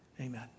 Amen